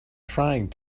trying